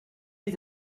est